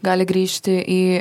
gali grįžti į